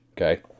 okay